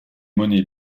monnaies